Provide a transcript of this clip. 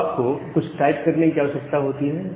तो आपको कुछ टाइप करने की आवश्यकता होती है